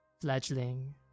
fledgling